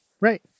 right